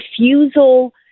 refusal